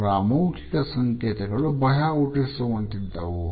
ಅವರ ಅಮೌಖಿಕ ಸಂಕೇತಗಳು ಭಯ ಹುಟ್ಟಿಸುವಂತಿದ್ದವು